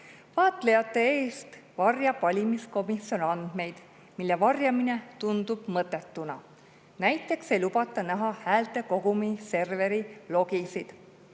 Vaatlejate eest varjab valimiskomisjon andmeid, mille varjamine tundub mõttetuna. Näiteks ei lubata näha häältekogumi serveri logisid.